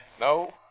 No